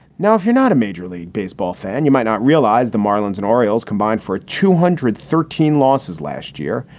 now, if you're not a major league baseball fan, you might not realize the marlins and orioles combined for two hundred and thirteen losses last year.